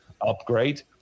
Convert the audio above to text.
upgrade